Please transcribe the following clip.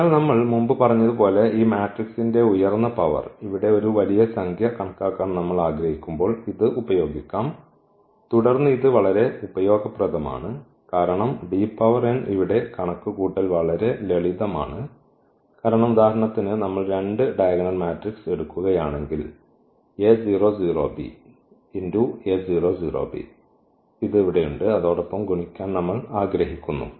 അതിനാൽ നമ്മൾ മുമ്പ് പറഞ്ഞതുപോലെ ഈ മാട്രിക്സിന്റെ ഉയർന്ന പവർ ഇവിടെ ഒരു വലിയ സംഖ്യ കണക്കാക്കാൻ നമ്മൾ ആഗ്രഹിക്കുമ്പോൾ ഇത് ഉപയോഗിക്കാം തുടർന്ന് ഇത് വളരെ ഉപയോഗപ്രദമാണ് കാരണം ഇവിടെ കണക്കുകൂട്ടൽ വളരെ ലളിതമാണ് കാരണം ഉദാഹരണത്തിന് നമ്മൾ 2 ഡയഗണൽ മാട്രിക്സ് എടുക്കുകയാണെങ്കിൽ ഇത് ഇവിടെയുണ്ട് അതോടൊപ്പം ഗുണിക്കാൻ നമ്മൾ ആഗ്രഹിക്കുന്നു